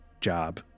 job